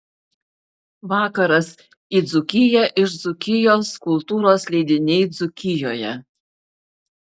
vakaras į dzūkiją iš dzūkijos kultūros leidiniai dzūkijoje